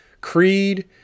creed